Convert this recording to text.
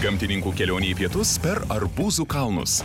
gamtininkų kelionė į pietus per arbūzų kalnus